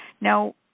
Now